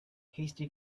hasty